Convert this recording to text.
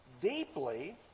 deeply